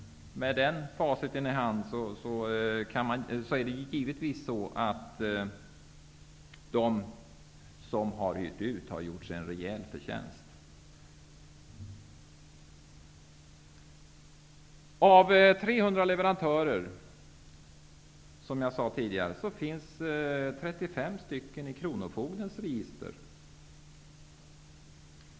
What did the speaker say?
Med den faciten i hand kan man givetvis se att de som har hyrt ut har gjort sig en rejäl förtjänst. Av 300 leverantörer, som jag tidigare nämnde, finns 35 stycken i kronofogdens register.